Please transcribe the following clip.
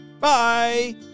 Bye